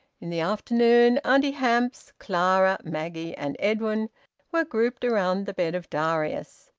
in the afternoon auntie hamps, clara, maggie, and edwin were grouped around the bed of darius.